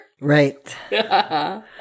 Right